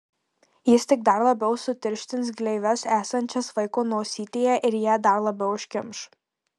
jis tik dar labiau sutirštins gleives esančias vaiko nosytėje ir ją dar labiau užkimš